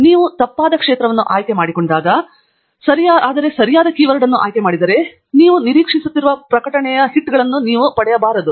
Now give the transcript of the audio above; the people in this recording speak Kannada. ನೀವು ತಪ್ಪಾದ ಕ್ಷೇತ್ರವನ್ನು ಆಯ್ಕೆ ಮಾಡಿಕೊಂಡಾಗ ಆದರೆ ಸರಿಯಾದ ಕೀವರ್ಡ್ ಆಯ್ಕೆ ಮಾಡಿದರೆ ನೀವು ನಿರೀಕ್ಷಿಸುತ್ತಿರುವ ಪ್ರಕಟಣೆಯ ಹಿಟ್ಗಳನ್ನು ನೀವು ಪಡೆಯಬಾರದು